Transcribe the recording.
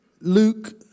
Luke